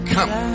Come